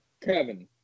Kevin